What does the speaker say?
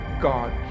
God